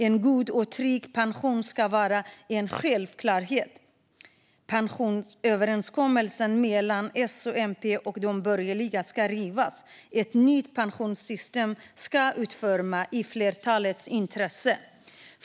En god och trygg pension ska vara en självklarhet. Pensionsöverenskommelsen mellan S, MP och de borgerliga partierna ska rivas. Ett nytt pensionssystem ska utformas i flertalets intresse.